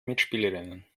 mitspielerinnen